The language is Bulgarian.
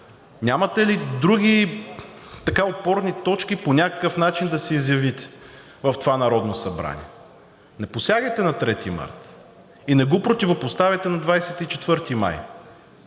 Нямате ли други така опорни точки по някакъв начин да се изявите в това Народно събрание? Не посягайте на 3 март и не го противопоставяйте на 24 май!